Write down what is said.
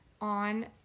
on